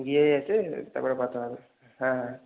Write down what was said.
দিয়ে এসে তারপরে কথা হবে হ্যাঁ হ্যাঁ হ্যাঁ